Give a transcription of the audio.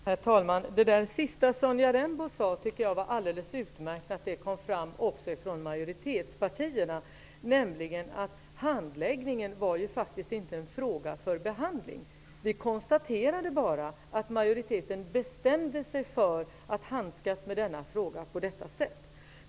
Herr talman! Jag tycker att det var alldeles utmärkt att det sista som Sonja Rembo sade kom fram också från majoritetspartierna. Handläggningen var ju faktiskt inte en fråga för behandling. Vi konstaterade bara att majoriteten bestämde sig för att handskas på detta sätt med denna fråga.